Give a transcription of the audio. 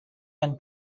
and